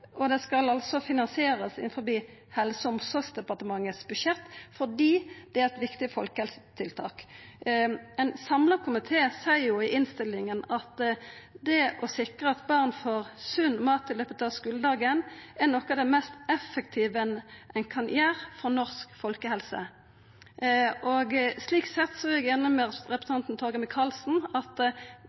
og det skal finansierast over Helse- og omsorgsdepartementets budsjett fordi det er eit viktig folkehelsetiltak. Ein samla komité seier i innstillinga at det å sikra at barn får sunn mat i løpet av skuledagen, er noko av det mest effektive ein kan gjera for norsk folkehelse. Slik sett er eg einig med representanten Torgeir Micaelsen i at